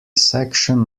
section